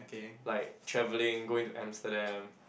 like travelling going to Amsterdam